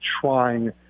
trying –